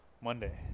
Monday